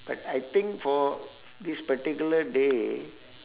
but I think for this particular day